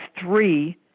three